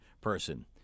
person